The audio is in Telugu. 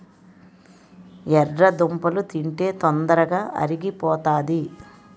ఎర్రదుంపలు తింటే తొందరగా అరిగిపోతాది